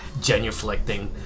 genuflecting